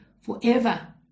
forever